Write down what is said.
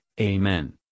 Amen